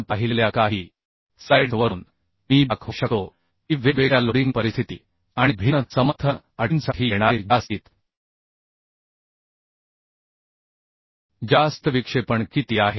आपण पाहिलेल्या काही स्लाइड्सवरून मी दाखवू शकतो की वेगवेगळ्या लोडिंग परिस्थिती आणि भिन्न समर्थन अटींसाठी येणारे जास्तीत जास्त विक्षेपण किती आहे